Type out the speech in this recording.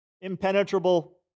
Impenetrable